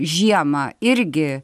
žiemą irgi